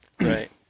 Right